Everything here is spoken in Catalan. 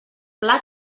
pla